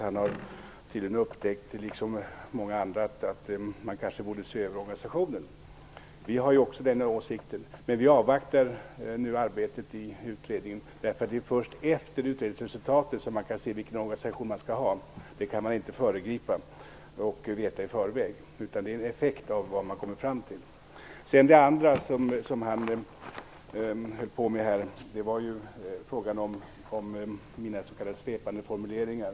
Han har tydligen upptäckt, som många andra, att man kanske borde se över organisationen. Vi har också den åsikten, men vi avvaktar nu arbetet i utredningen, därför att det är först efter utredningsresultatet som man kan se vilken organisation som man skall ha. Det kan man inte föregripa och veta i förväg. Det är en effekt av det man kommer fram till. Det andra som Lennart Rohdin uppehöll sig vid var frågan om mina svepande formuleringar.